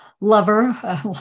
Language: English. lover